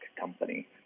company